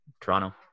toronto